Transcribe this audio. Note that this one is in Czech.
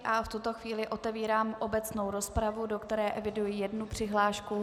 V tuto chvíli otevírám obecnou rozpravu, do které zatím eviduji jednu přihlášku.